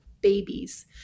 babies